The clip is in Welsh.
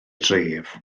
dref